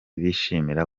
bishimira